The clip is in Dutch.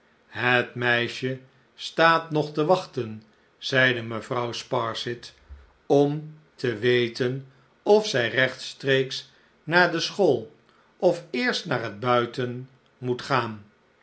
het meisje staat nog te wachten zeide mevrouw sparsit om te weten of zij rechtstreeks naar de school of eerst naar het buiten moet gaan